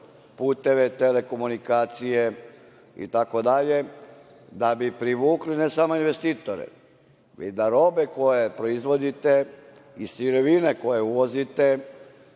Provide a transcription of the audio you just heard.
puteve, telekomunikacije itd, da bi privukli, ne samo investitore, već da bi robe koje proizvodite i sirovine koje uvozite